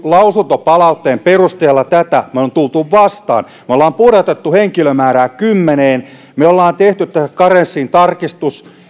lausuntopalautteen perusteella me olemme tulleet vastaan me olemme pudottaneet henkilömäärää kymmeneen me olemme tehneet karenssiin tarkistuksen